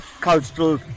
cultural